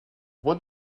what